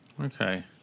Okay